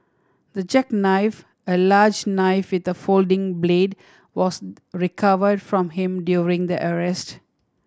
the jackknife a large knife with a folding blade was recovered from him during the arrest